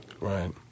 Right